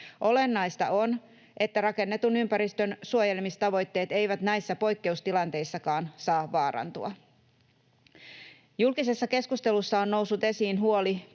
Olennaista on, että rakennetun ympäristön suojelemistavoitteet eivät näissä poikkeustilanteissakaan saa vaarantua. Julkisessa keskustelussa on noussut esiin huoli